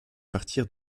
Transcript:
partir